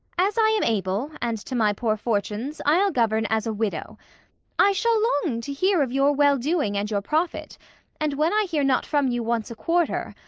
as i am able, and to my poor fortunes, i'll govern as a widow i shall long to hear of your well-doing, and your profit and when i hear not from you once a quarter,